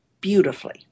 beautifully